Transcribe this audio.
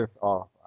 off